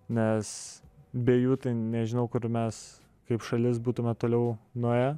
nes be jų tai nežinau kur mes kaip šalis būtume toliau nuėję